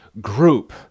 group